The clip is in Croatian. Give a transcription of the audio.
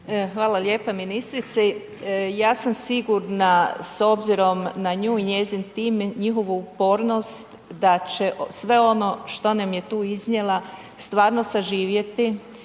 Hvala lijepa ministrici, ja sam sigurna s obzirom na nju i njezin tim, njihovu upornost da će sve ono što nam je tu iznijela stvarno saživjeti